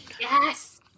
Yes